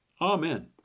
Amen